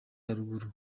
haruguru